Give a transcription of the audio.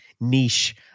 niche